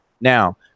Now